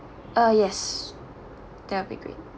oh yes that will be great